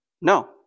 no